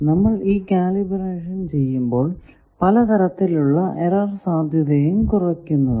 നമ്മൾ ഈ കാലിബറേഷൻ ചെയ്യുമ്പോൾ പല തരത്തിലുള്ള എറർ സാധ്യതയും കുറയ്ക്കുന്നതാണ്